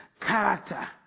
Character